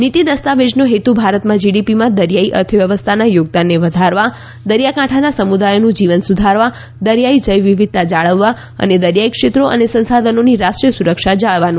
નીતિ દસ્તાવેજનો હેતુ ભારતના જીડીપીમાં દરિયાઈ અર્થવ્યવસ્થાના યોગદાનને વધારવા દરિયાકાંઠાના સમુદાયોનું જીવન સુધારવા દરિયાઇ જૈવવિવિધતા જાળવવા અને દરિયાઇ ક્ષેત્રો અને સંસાધનોની રાષ્ટ્રીય સુરક્ષા જાળવવાનું છે